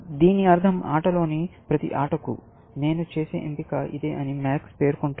దీని అర్థం ఆటలోని ప్రతి ఆటకు నేను చేసే ఎంపిక ఇదే అని MAX పేర్కొంటుంది